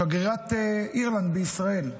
שגרירת אירלנד בישראל.